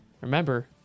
remember –